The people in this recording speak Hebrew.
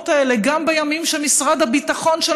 במקומות האלה גם בימים שבהם משרד הביטחון של